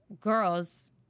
girls